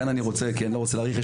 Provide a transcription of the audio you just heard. כאן אני רוצה, כי אני לא רוצה להאריך.